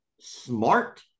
Smart